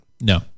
No